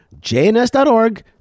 jns.org